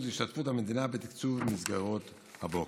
השתתפות המדינה בתקצוב מסגרות הבוקר.